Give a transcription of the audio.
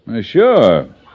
Sure